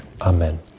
Amen